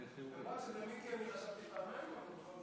והאפוטרופסות (תיקון, הסדרי ראייה לדודים ודודות),